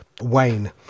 Wayne